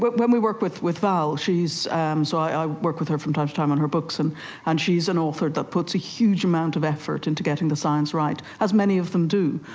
but when we work with with val, um so i work with her from time to time on her books, and and she is an author that puts a huge amount of effort into getting the science right, as many of them do.